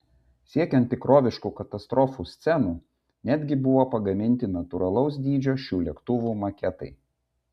siekiant tikroviškų katastrofų scenų netgi buvo pagaminti natūralaus dydžio šių lėktuvų maketai